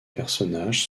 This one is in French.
personnages